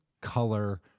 color